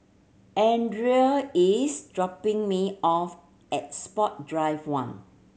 Adriane is dropping me off at Sport Drive One